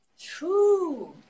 True